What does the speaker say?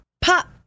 pop